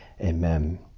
Amen